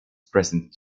present